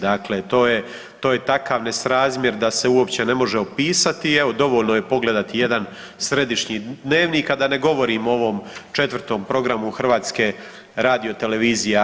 Dakle, to je, to je takav nesrazmjer da se uopće ne može opisati i evo dovoljno je pogledati jedan središnji dnevnik, a da ne govorimo o ovom 4 programu HRT-a.